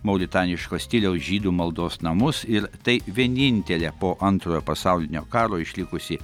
mauritaniško stiliaus žydų maldos namus ir tai vienintelė po antrojo pasaulinio karo išlikusi